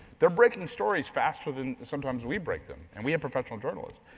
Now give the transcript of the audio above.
they're breaking stories faster than sometimes we break them, and we have professional journalists.